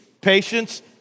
patience